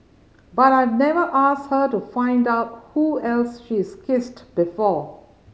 but I've never asked her to find out who else she's kissed before